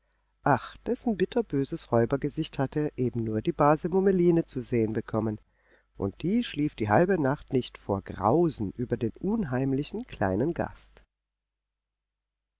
ach dessen bitterböses räubergesicht hatte eben nur die base mummeline zu sehen bekommen und die schlief die halbe nacht nicht vor grausen über den unheimlichen kleinen gast